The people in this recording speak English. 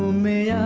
me.